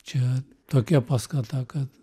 čia tokia paskata kad